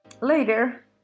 Later